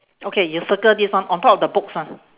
okay you circle this one on top of the books ah